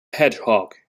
hedgehog